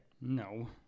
No